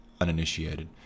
uninitiated